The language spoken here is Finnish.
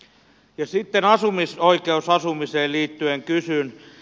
ja sitten asumisoikeusasumiseen liittyen kysyn